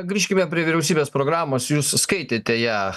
grįžkime prie vyriausybės programos jūs skaitėte ją